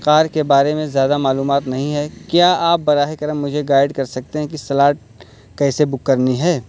کار کے بارے میں زیادہ معلومات نہیں ہے کیا آپ براہ کرم مجھے گائیڈ کر سکتے ہیں کہ سلاٹ کیسے بک کرنی ہے